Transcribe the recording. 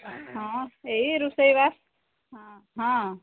ହଁ ଏହି ରୋଷେଇ ବାସ ହଁ ହଁ